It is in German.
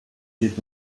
geht